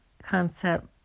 concept